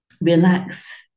relax